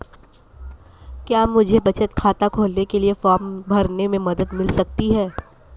क्या मुझे बचत खाता खोलने के लिए फॉर्म भरने में मदद मिल सकती है?